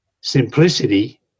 simplicity